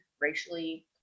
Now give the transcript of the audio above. racially